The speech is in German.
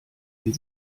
wir